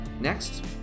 Next